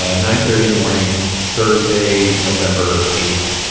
ah nine thirty in the morning, thursday, november eight.